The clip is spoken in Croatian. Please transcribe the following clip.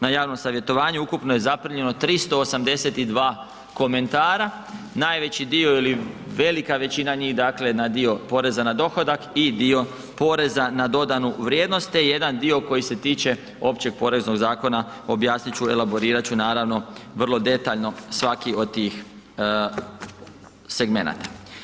Na javnom savjetovanju ukupno je zaprimljeno 382 komentara, najveći dio ili velika većina njih na dio poreza na dohodak i dio poreza na dodanu vrijednost te jedan dio koji se tiče Općeg poreznog zakona, objasnit ću elaborirat ću naravno vrlo detaljno svaki od tih segmenata.